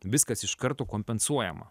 viskas iš karto kompensuojama